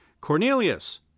Cornelius